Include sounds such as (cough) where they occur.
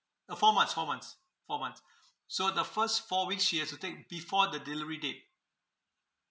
uh four months four months s~ four months (breath) so the first four weeks she has to take before the delivery date